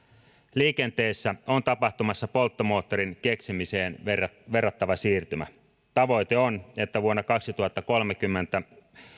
liikenteessä on tapahtumassa polttomoottorin keksimiseen verrattava siirtymä tavoite on että vuonna kaksituhattakolmekymmentä